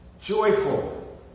joyful